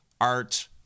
art